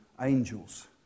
angels